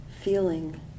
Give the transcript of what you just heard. feeling